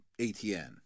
ATN